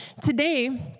today